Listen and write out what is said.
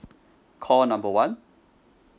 call number one